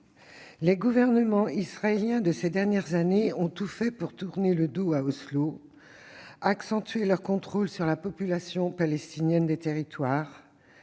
Les gouvernements israéliens de ces dernières années ont tout fait pour tourner le dos à Oslo, accentuer leur contrôle sur la population palestinienne des territoires